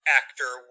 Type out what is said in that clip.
actor